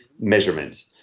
measurements